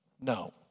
no